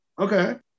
Okay